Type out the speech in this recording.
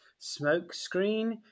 Smokescreen